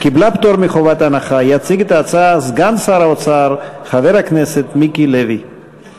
הסעיף הבא הוא הצעת חוק מיסוי מקרקעין (שבח